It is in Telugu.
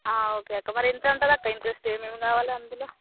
ఓకే అక్క మరి ఎంతుంటుంది అక్క ఇంట్రెస్ట్ ఏమేమి కావాలి అందులో